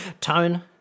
Tone